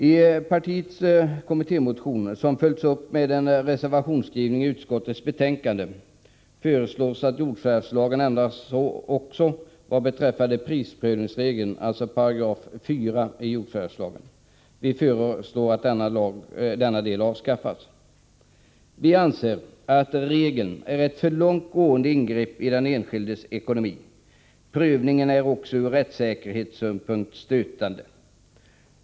I partiets kommittémotion, som följs upp med en reservation till utskottets betänkande, föreslås att jordförvärvslagen ändras också vad beträffar prisprövningsregeln, alltså 4 § jordförvärvslagen. Vi föreslår att denna del avskaffas. Vi anser att regeln innebär för långtgående ingrepp i den enskildes ekonomi. Prövningen är också ur rättssäkerhetssynpunkt stötande.